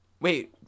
Wait